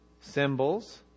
Symbols